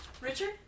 Richard